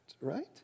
right